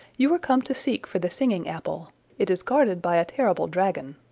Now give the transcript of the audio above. you are come to seek for the singing-apple it is guarded by a terrible dragon.